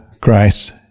Christ